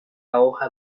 hoja